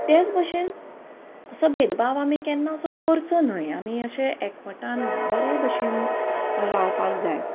तेच भशेन असो भेदभाव आमी केन्ना असो करचो न्हय आमी अशे एकवटान बरे भशेन रावपाक जाय